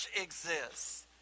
exists